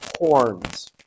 horns